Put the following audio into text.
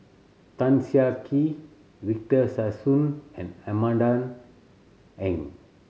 Tan Siah Kwee Victor Sassoon and Amanda Heng